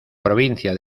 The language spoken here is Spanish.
provincia